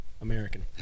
American